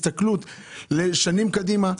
הסתכלות לשנים קדימה,